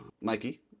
Mikey